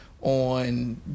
on